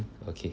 okay